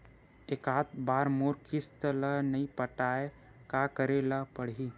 एकात बार मोर किस्त ला नई पटाय का करे ला पड़ही?